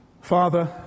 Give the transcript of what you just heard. Father